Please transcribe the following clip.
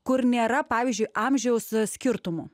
kur nėra pavyzdžiui amžiaus skirtumų